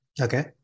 okay